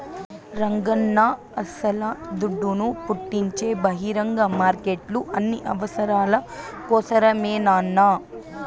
రంగన్నా అస్సల దుడ్డును పుట్టించే బహిరంగ మార్కెట్లు అన్ని అవసరాల కోసరమేనన్నా